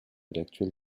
l’actuel